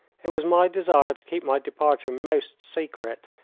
it was my desire to keep my departure most secret,